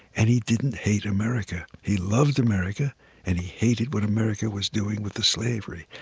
and he didn't hate america. he loved america and he hated what america was doing with the slavery.